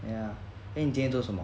ya eh 你今天做什么